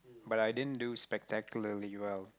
but i didn't do spectacularly well